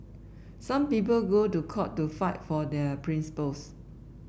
some people go to court to fight for their principles